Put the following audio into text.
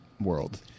world